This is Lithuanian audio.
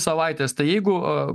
savaites tai jeigu